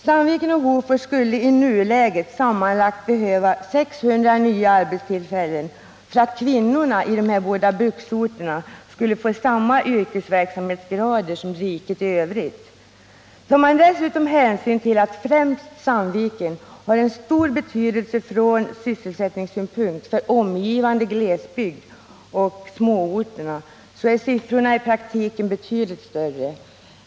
Sandviken och Hofors skulle i nuläget sammanlagt behöva 600 nya arbetstillfällen för att kvinnorna i dessa båda bruksorter skulle få samma yrkesverksamhetsgrad som riket i övrigt. Tar man dessutom hänsyn till att främst Sandviken har en stor betydelse ur sysselsättningssynpunkt för omgivande glesbygd och småorter, är siffrorna i praktiken betydligt större.